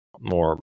more